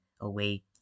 away